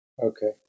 Okay